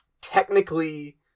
technically